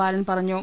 ബാലൻ പറഞ്ഞു